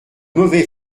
mauvais